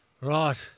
Right